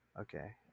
Okay